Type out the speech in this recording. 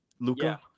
Luca